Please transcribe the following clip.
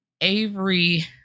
Avery